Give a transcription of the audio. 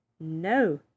No